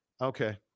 Okay